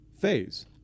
phase